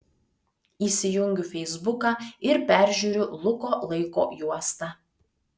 įsijungiu feisbuką ir peržiūriu luko laiko juostą